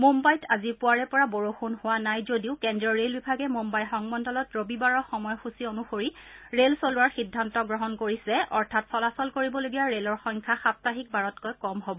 মুম্বাইত আজি পুৱাৰে পৰা বৰষূণ হোৱা নাই যদিও কেন্দ্ৰীয় ৰেল বিভাগে মুঘাই সংমণ্ডলত ৰবিবাৰৰ সময়সূচী অনুসৰি ৰেল চলোৱাৰ সিদ্ধান্ত গ্ৰহণ কৰিছে অৰ্থাৎ চলাচল কৰিবলগীয়া ৰে'লৰ সংখ্যা সাপ্তাহিক বাৰতকৈ কম হ'ব